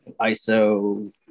ISO